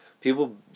People